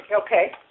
Okay